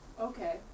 okay